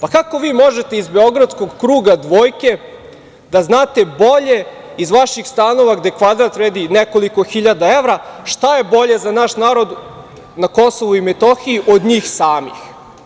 Pa kako vi možete iz beogradskog kruga dvojke da znate bolje iz vaših stanova, gde kvadrat vredi nekoliko hiljada evra, šta je bolje za naš narod na Kosovu i Metohiji od njih samih?